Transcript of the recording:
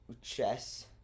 chess